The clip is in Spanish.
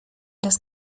los